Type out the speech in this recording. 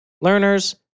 learners